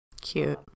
Cute